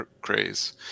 craze